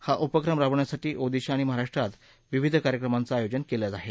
हा उपक्रम राबवण्यासाठी ओदिशा आणि महाराष्ट्रात विविध कार्यक्रमांचं आयोजन केलं आहे